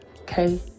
okay